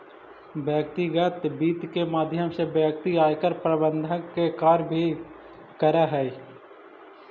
व्यक्तिगत वित्त के माध्यम से व्यक्ति आयकर प्रबंधन के कार्य भी करऽ हइ